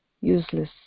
useless